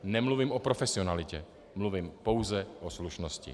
Nemluvím o profesionalitě, mluvím pouze o slušnosti.